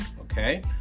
okay